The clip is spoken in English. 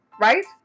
Right